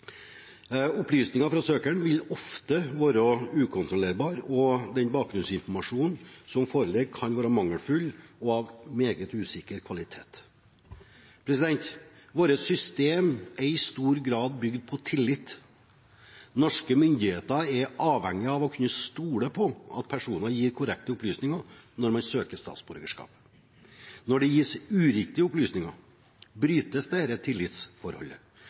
Opplysninger fra søkeren vil ofte være ukontrollerbare, og den bakgrunnsinformasjonen som foreligger, kan være mangelfull og av meget usikker kvalitet. Vårt system er i stor grad bygd på tillit. Norske myndigheter er avhengig av å kunne stole på at personer gir korrekte opplysninger når de søker statsborgerskap. Når det gis uriktige opplysninger, brytes dette tillitsforholdet.